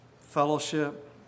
fellowship